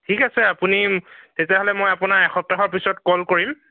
ঠিক আছে আপুনি তেতিয়া হ'লে মই আপোনাক এসপ্তাহৰ পিছত কল কৰিম